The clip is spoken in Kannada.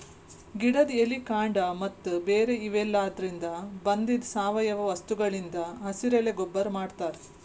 ಗಿಡದ್ ಎಲಿ ಕಾಂಡ ಮತ್ತ್ ಬೇರ್ ಇವೆಲಾದ್ರಿನ್ದ ಬಂದಿದ್ ಸಾವಯವ ವಸ್ತುಗಳಿಂದ್ ಹಸಿರೆಲೆ ಗೊಬ್ಬರ್ ಮಾಡ್ತಾರ್